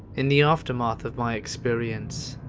in the aftermath of my experience,